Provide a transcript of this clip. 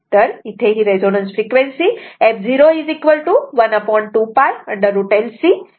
तर इथे resonance frequency f0 12 𝝅 √ L C Hz अशी आहे